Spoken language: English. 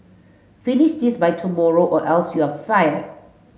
finish this by tomorrow or else you are fired